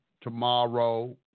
tomorrow